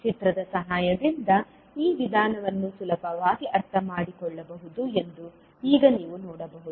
ಚಿತ್ರದ ಸಹಾಯದಿಂದ ಈ ವಿಧಾನವನ್ನು ಸುಲಭವಾಗಿ ಅರ್ಥಮಾಡಿಕೊಳ್ಳಬಹುದು ಎಂದು ಈಗ ನೀವು ನೋಡಬಹುದು